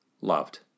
loved